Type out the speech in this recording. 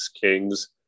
Kings